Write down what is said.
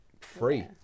free